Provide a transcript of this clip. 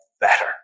better